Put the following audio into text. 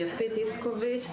יפית איצקוביץ'.